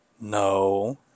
no